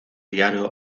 diario